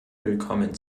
willkommen